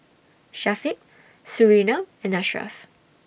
Syafiq Surinam and Ashraff